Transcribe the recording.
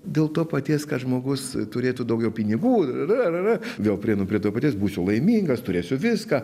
dėl to paties kad žmogus turėtų daugiau pinigų rėrė rėrė vėl prieinu prie to paties būsiu laimingas turėsiu viską